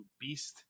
beast